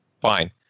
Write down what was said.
fine